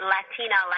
Latina